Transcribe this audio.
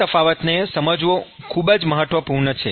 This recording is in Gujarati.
આ તફાવતને સમજવો ખૂબ જ મહત્વપૂર્ણ છે